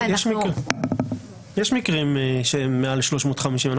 יש מקרים שהם מעל 350,000 שקלים,